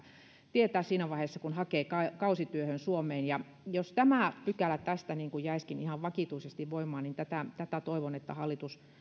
tietää siinä vaiheessa kun hakee kausityöhön suomeen jos tämä pykälä tästä jäisikin ihan vakituisesti voimaan niin tätä tätä toivon että hallitus